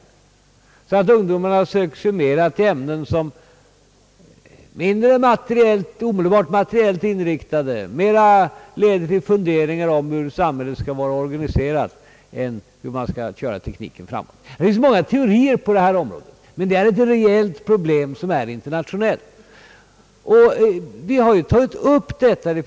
Att alltså ungdomarna hellre söker sig till ämnen som är mindre direkt materiellt inriktade, mera ger tillfälle till funderingar om hur samhället skall vara organiserat än hur tekniken skall drivas framåt? Teorierna är många, men det rör sig som sagt om ett verkligt internationellt problem.